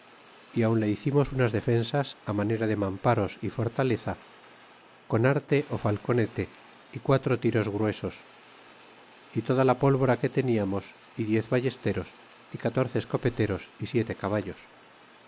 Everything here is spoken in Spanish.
é aun le hicimos unas defensas manera de mamparos é fortalaleza con arte falconetes y quatro tiros gruesos é toda la pólvora que teniamos é diez ballesteros é catorce escopeteros é siete caballos